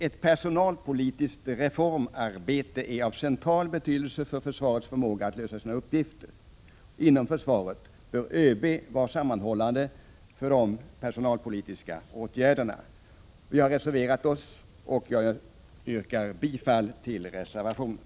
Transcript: Ett personalpolitiskt reformarbete är av central betydelse för försvarets förmåga att lösa sina uppgifter. Inom försvaret bör ÖB vara sammanhållande för de personalpolitiska åtgärderna. Vi har reserverat oss, och jag yrkar bifall till reservationen.